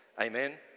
Amen